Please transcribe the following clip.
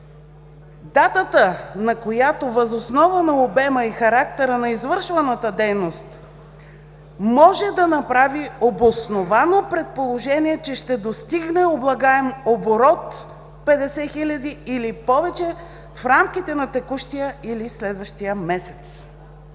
„Датата, на която въз основа на обема и характера на извършваната дейност може да направи обосновано предположение, че ще достигне облагаем оборот 50 хиляди или повече в рамките на текущия или следващия месец.“